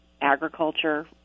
agriculture